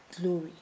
glory